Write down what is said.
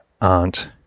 aunt